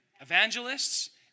evangelists